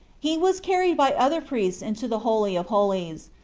he was carried by other priests into the holy of holies,